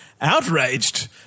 Outraged